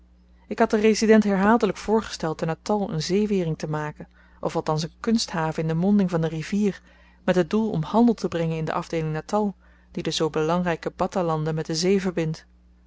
ik had den resident herhaaldelyk voorgesteld te natal een zeewering te maken of althans een kunsthaven in de monding van de rivier met het doel om handel te brengen in de afdeeling natal die de zoo belangryke battahlanden met de zee